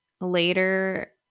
later